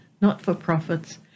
not-for-profits